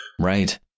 Right